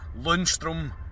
Lundstrom